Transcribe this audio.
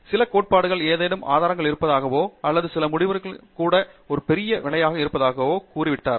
சில கோட்பாடுகளுக்கு ஏதேனும் ஆதாரம் இருப்பதாகவோ அல்லது சில முடிவுகளுக்கென்றோ கூட ஒரு பெரிய விளைவாக இருப்பதாக கூறிவிட்டார்